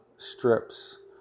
strips